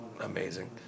amazing